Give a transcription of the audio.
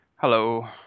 Hello